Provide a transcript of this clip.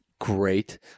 great